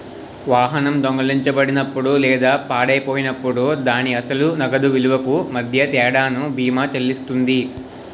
వాహనం దొంగిలించబడినప్పుడు లేదా పాడైపోయినప్పుడు దాని అసలు నగదు విలువకు మధ్య తేడాను బీమా చెల్లిస్తుంది